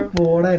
all